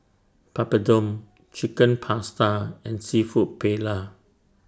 Papadum Chicken Pasta and Seafood Paella